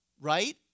Right